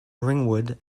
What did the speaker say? ringwood